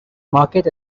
market